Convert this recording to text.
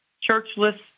churchless